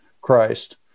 Christ